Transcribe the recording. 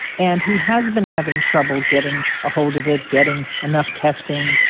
and he has been having trouble getting a hold of it, getting enough testing,